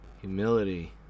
Humility